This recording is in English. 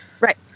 Right